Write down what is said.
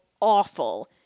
awful